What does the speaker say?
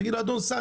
תגיד לו 'אדון שר,